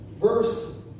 Verse